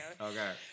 Okay